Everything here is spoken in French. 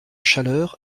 chaleur